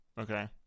Okay